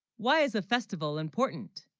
why is a festival important